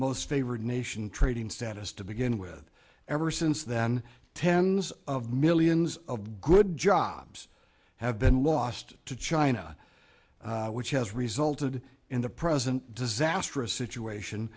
most favored nation trading status to begin with ever since then tens of millions of good jobs have been lost to china which has resulted in the present disastrous situation